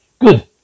Good